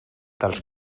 dels